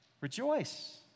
Rejoice